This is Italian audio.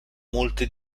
molte